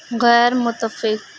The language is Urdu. غیرمتفق